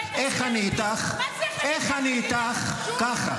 יהיה מה שהיועצת המשפטית אומרת.